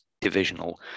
divisional